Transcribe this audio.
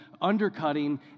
undercutting